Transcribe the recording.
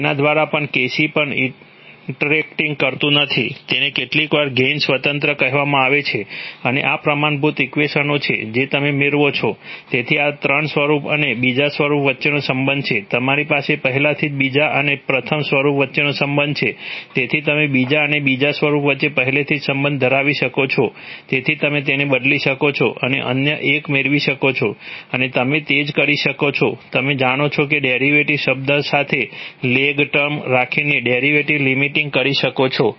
તેના દ્વારા પણ Kc પણ ઇન્ટરેક્ટિંગ કરતું નથી તેને કેટલીકવાર ગેઇન સ્વતંત્ર કહેવામાં આવે છે અને આ પ્રમાણભૂત ઇક્વેશનો છે જે તમે મેળવો છો તેથી આ ત્રીજા સ્વરૂપ અને બીજા સ્વરૂપ વચ્ચેનો સંબંધ છે તમારી પાસે પહેલાથી જ બીજા અને પ્રથમ સ્વરૂપ વચ્ચેનો સંબંધ છે તેથી તમે બીજા અને બીજા સ્વરૂપ વચ્ચે પહેલેથી જ સંબંધ ધરાવી શકો છો તેથી તમે તેને બદલી શકો છો અને અન્ય એક મેળવી શકો છો અને તમે તે જ રીતે કરી શકો છો તમે જાણો છો કે ડેરિવેટિવ શબ્દ સાથે લેગ ટર્મ રાખીને ડેરિવેટિવ લિમિટિંગ કરી શકો છો